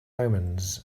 omens